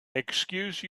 excuse